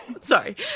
Sorry